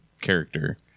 character